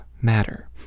matter